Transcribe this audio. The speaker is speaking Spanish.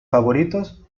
favoritos